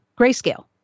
grayscale